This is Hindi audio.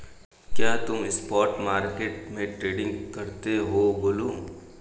क्या तुम स्पॉट मार्केट में ट्रेडिंग करते हो गोलू?